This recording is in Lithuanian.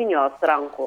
kinijos rankų